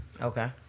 Okay